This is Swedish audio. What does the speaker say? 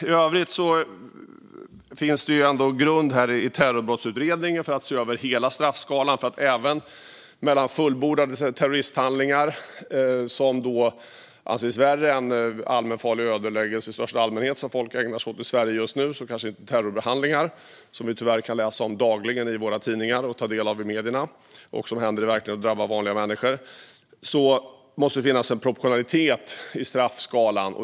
I övrigt finns det grund i terrorbrottsutredningen för att se över hela straffskalan. Även mellan fullbordade terroristhandlingar, som anses värre än den allmänfarliga ödeläggelse i största allmänhet som folk ägnar sig åt i Sverige just nu, och de terrorhandlingar som vi tyvärr kan läsa om dagligen i våra tidningar och ta del av i medierna, och som händer i verkligheten och drabbar vanliga människor, måste det finnas en proportionalitet i straffskalan.